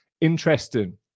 Interesting